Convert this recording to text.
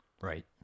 right